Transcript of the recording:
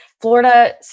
Florida